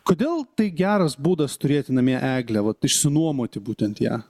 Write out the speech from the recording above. kodėl tai geras būdas turėti namie eglę vat išsinuomoti būtent ją